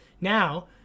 Now